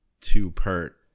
two-part